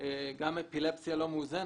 גם אפילפסיה לא מאוזנת,